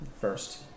first